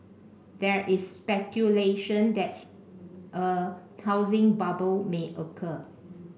there is speculation that's a housing bubble may occur